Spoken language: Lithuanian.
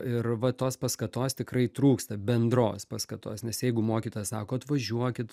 ir va tos paskatos tikrai trūksta bendros paskatos nes jeigu mokytojas sako atvažiuokit